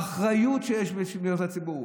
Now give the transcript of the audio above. האחריות שיש בשמירת הציבור.